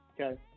Okay